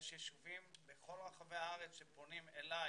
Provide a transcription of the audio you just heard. יש ישובים בכל רחבי הארץ שפונים אלי